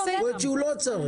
יכול להיות שהוא לא ירצה.